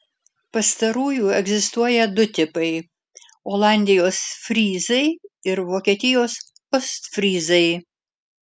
pastarųjų egzistuoja du tipai olandijos fryzai ir vokietijos ostfryzai